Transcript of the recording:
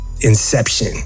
Inception